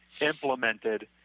implemented